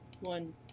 one